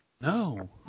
No